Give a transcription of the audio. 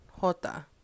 jota